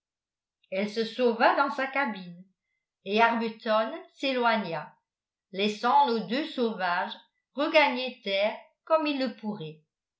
elle se sauva dans sa cabine et arbuton s'éloigna laissant nos deux sauvages regagner terre comme ils le pourraient